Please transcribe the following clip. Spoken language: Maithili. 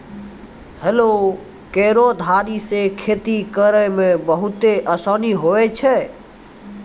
हलो केरो धारी सें खेती करै म बहुते आसानी होय छै?